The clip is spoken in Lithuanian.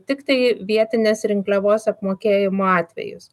tiktai vietinės rinkliavos apmokėjimo atvejus